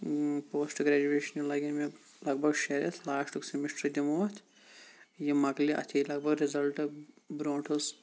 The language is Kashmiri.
پوسٹ گریجُویشنہِ لَگن مےٚ لَگ بَگ شےٚ ریٚتھ لاسٹُک سمِسٹَر دِمَو اَتھ یہِ مۄکلہِ اَتھ ییہِ لَگ بَگ رِزَلٹ برونٛٹھُس